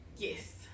Yes